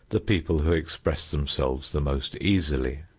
the people who express themselves the most easily.